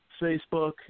Facebook